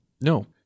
no